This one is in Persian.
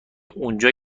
اونجا